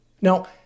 now